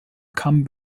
come